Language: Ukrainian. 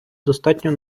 достатньо